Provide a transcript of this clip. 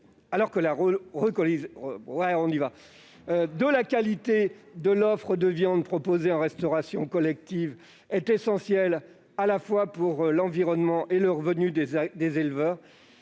de la qualité de l'offre de viande proposée en restauration collective est essentielle pour l'environnement et le revenu des éleveurs.